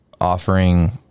offering